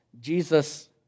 Jesus